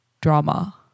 drama